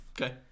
Okay